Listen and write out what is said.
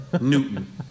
Newton